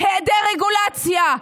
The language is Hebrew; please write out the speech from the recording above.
היעדר רגולציה,